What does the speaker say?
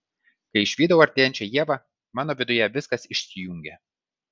kai išvydau artėjančią ievą mano viduje viskas išsijungė